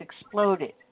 exploded